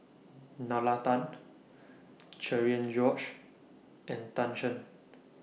Nalla Tan Cherian George and Tan Shen